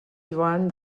joan